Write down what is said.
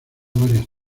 varias